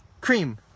cream